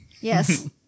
Yes